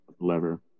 lever